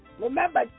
Remember